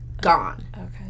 gone